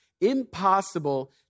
impossible